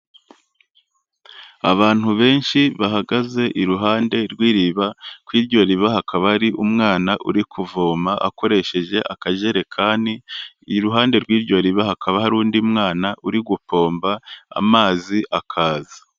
Abantu benshi bahagaze iruhande rw'iriba, ku iryo riba hakaba ari umwana uri kuvoma akoresheje akajerekani, iruhande rw'iryo riba hakaba hari undi mwana uri gupomba amazi akaza.